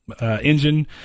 engine